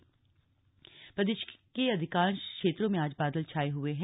मौसम प्रदेश के अधिकांश क्षेत्रों में आज बादल छाये हुए हैं